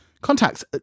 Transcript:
Contacts